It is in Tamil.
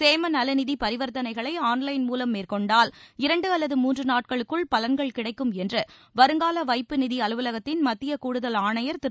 சேமநல நிதி பரிவர்த்தனைகளை ஆன்லைன் மூலம் மேற்கொண்டால் இரண்டு அல்லது மூன்று நாட்களுக்குள் பலன்கள் கிடைக்கும் என்று வருங்கால வைப்பு நிதி அலுவலகத்தின் மத்திய கூடுதல் ஆணையர் திரு